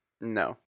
No